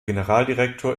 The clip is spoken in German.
generaldirektor